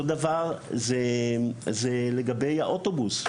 אותו דבר לגבי האוטובוס.